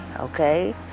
okay